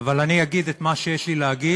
אבל אני אגיד את מה שיש לי להגיד,